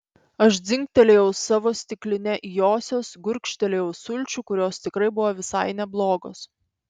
aš dzingtelėjau savo stikline į josios gurkštelėjau sulčių kurios tikrai buvo visai neblogos